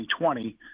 2020